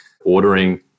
ordering